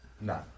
No